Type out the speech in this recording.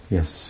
Yes